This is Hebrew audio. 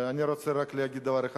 אני רוצה רק להגיד דבר אחד.